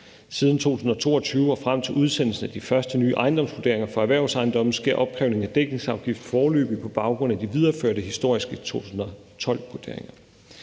Siden 2022 og frem til udsendelsen af de første nye ejendomsvurderinger for erhvervsejendommene sker opkrævningen af dækningsafgiften foreløbig på baggrund af de videreførte historiske 2012-vurderinger.